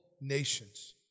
nations